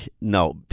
no